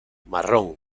marrón